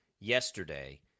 yesterday